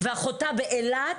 ואחותה באילת